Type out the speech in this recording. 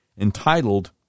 entitled